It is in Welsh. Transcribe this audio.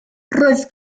roedd